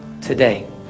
Today